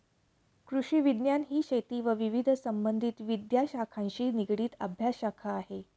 कृषिविज्ञान ही शेती व विविध संबंधित विद्याशाखांशी निगडित अभ्यासशाखा आहे